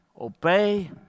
Obey